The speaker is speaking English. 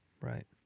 Right